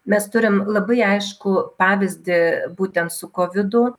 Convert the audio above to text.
mes turim labai aiškų pavyzdį būtent su kovidu